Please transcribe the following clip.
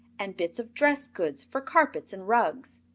and bits of dress goods for carpets and rugs,